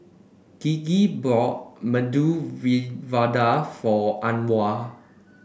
Gigi bought Medu Vada for Anwar